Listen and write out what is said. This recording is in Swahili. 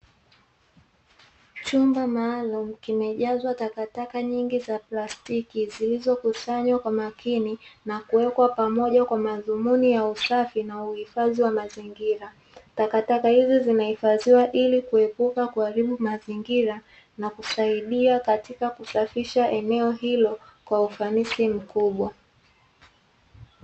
Chumba maalumu, kimejazwa takataka nyingi za plastiki zilizokusanywana kuwekwa pamoja kwa madhumuni ya usafi na uhifadhi wa mazingira, Takataka hizi zinahifadhiwa ili kuepuka kuharibu mazingira na kusaidia katika kusafisha eneo hilo kwa ufanisi mkubwa.